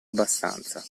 abbastanza